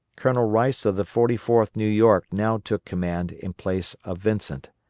colonel rice of the forty fourth new york now took command in place of vincent.